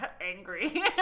angry